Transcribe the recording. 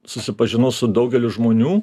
susipažinau su daugeliu žmonių